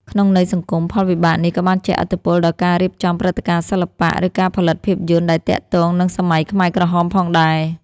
ក្នុងន័យសង្គម ផលវិបាកនេះក៏បានជះឥទ្ធិពលដល់ការរៀបចំព្រឹត្តិការណ៍សិល្បៈ ឬការផលិតភាពយន្តដែលទាក់ទងនឹងសម័យខ្មែរក្រហមផងដែរ។